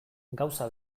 gauza